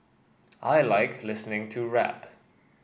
I like listening to rap